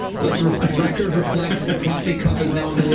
let the record reflect that the coffee cup is now on